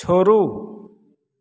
छोड़ू